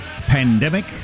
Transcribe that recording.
Pandemic